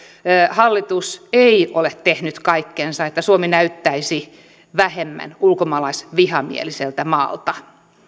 hallitus ei ole tehnyt kaikkeansa että suomi näyttäisi vähemmän ulkomaalaisvihamieliseltä maalta